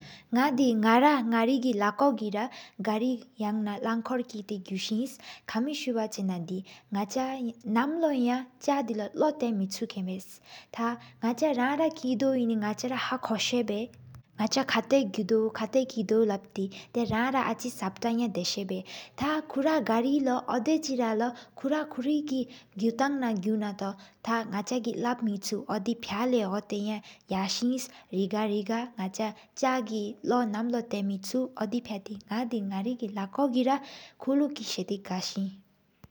སྔགས་དེ་སྔགས་རི་གི་ལོ་ཀོ་དེ་གི་ར་གརི། ཡང་ན་ལན་འཁོར་སྐད་དེ་གུ་ས་ཨིནས། ཁ་མི་སུ་ཅ་ཕྱེ་ན་དི་སྔགས་ཅག་གི། ནམ་ལོ་ཡང་ཆགས་དེ་ལོ་ལོ་སྟེགས་མེ་ཆུ་སྐེམ་འབར། ཐ་ཧ་སྔགས་ཅག་རང་ལ་སྐད་དེ་ཡེ་ནི་དེ། སྔགས་ཅག་ར་ཧ་ཀོ་ས་བར་སྔགས་ཅག་ཀ་ཏ་ཀུ་དན། སྔགས་ཅག་ཀ་ཏ་ས་ཀི་ཀེ་དེའི་རང་སྐུ་ར་ཨ་ཅིག། ས་བྲཏའི་ཡང་རིགས་ས་བར་ཐཱ་ཁྱུ་ར་ཀར་བར་ལོ་དེ་ར་ཡ། ཁྱུ་ར་ཀུ་རི་གི་གུ་ཐང་ན་གུ་ནི་ཏོ། ཐ་ཧ་སྔགས་ཅག་གི་ལབ་མེ་ཆུ་ལོ་དེ་ཕ་ཡ་ལས་ཧོ་ཏ་ཡ། ཡ་སེ་རེ་ག་རེ་ཆགས་གི་ལོ་ནམ་ལོ་ཏ་མེ་ཆུ། ཨོ་དེ་པ་ཏེ་གི་སྔགས་ཏེ་སྔགས་རི་གི་ལག་ཏོ་གི་ར་ན། ཁུལ་བས་ཀེ་ས་ཏེ་ག་ས་ཨེས།